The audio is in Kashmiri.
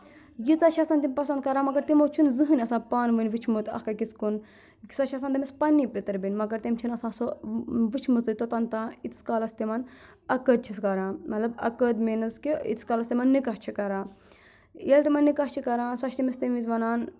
ییٖژاہ چھِ آسان تِم پَسَنٛد کَران مگر تِمو چھُنہٕ زٕہٕنۍ آسان پانہٕ ؤنۍ وٕچھمُت اَکھ أکِس کُن سۄ چھِ آسان تٔمِس پَننی پِتٕر بیٚنہِ مگر تٔمۍ چھَنہٕ آسان سۄ وٕچھمٕژ توٚتَن تانۍ ییتِس کالَس تِمَن اَکٲد چھَس کَران مطلب اَکٲد مینٕز کہِ ییتِس کالَس تِمَن نِکاح چھِ کَران ییٚلہِ تِمَن نِکاح چھِ کَران سۄ چھِ تٔمِس تمہِ وِز وَنان